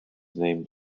named